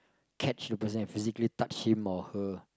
catch the person and physically touch him or her